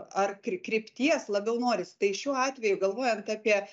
ar kry krypties labiau norisi tai šiuo atveju galvojant apie